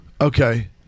okay